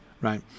right